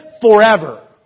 forever